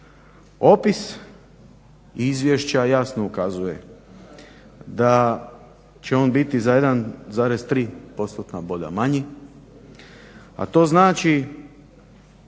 Opis izvješća jasno ukazuje da će on biti za 1,3 postotna boda manji, a to znači